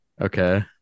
Okay